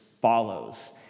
follows